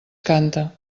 canta